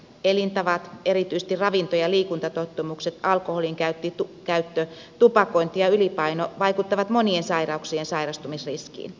elintavat erityisesti ravinto ja liikuntatottumukset alkoholinkäyttö tupakointi ja ylipaino vaikuttavat monien sairauksien sairastumisriskiin